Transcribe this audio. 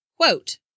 quote